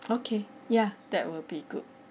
okay ya that will be good